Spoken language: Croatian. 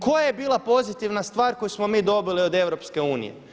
Koja je bila pozitivna stvar koju smo mi dobili od EU?